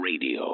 Radio